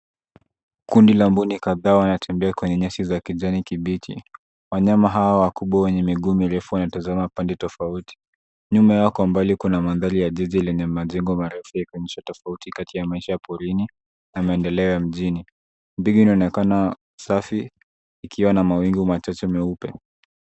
Kundi la mbuni kadhaa wanatembea kwenye nyasi za kijani kibichi. Wanyama hawa wakubwa wenye miguu mirefu wanatazama upande tofauti. Nyuma yao kwa mbali kuna mandhari ya jiji lenye majengo marefu yakionyesha tofauti kati ya maisha ya porini na maendeleo ya mjini. Mbingu inaonekana safi ikiwa na mawingu machache meupe.